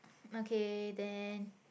okay then